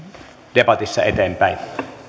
debatissa eteenpäin